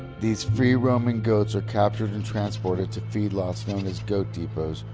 these free-roaming goats are captured and transported to feedlots known as goat depots,